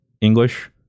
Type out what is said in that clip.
English